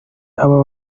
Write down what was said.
abari